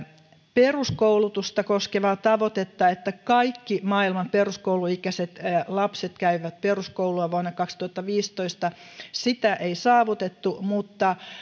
peruskoulutusta koskevaa tavoitetta että kaikki maailman peruskouluikäiset lapset käyvät peruskoulua vuonna kaksituhattaviisitoista ei saavutettu mutta kuitenkin